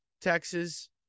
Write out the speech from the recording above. Texas